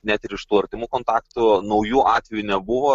net ir iš tų artimų kontaktų naujų atvejų nebuvo